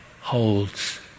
holds